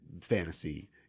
fantasy